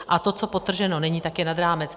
A to, co podtrženo není, tak je nad rámec.